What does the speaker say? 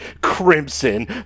crimson